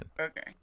okay